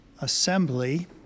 Assembly